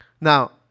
Now